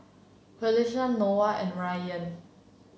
Qalisha Noah and Ryan